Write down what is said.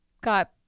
got